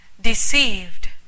deceived